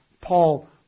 Paul